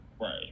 Right